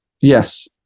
yes